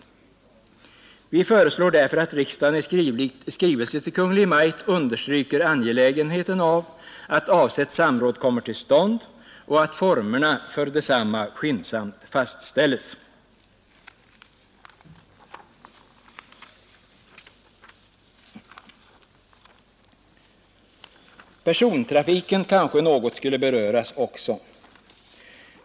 Gotland Vi föreslår därför att riksdagen i skrivelse till Kungl. Maj:t understryker angelägenheten av att avsett samråd kommer till stånd och att formerna för detsamma skyndsamt fastställs. Jag skall också något beröra persontrafiken.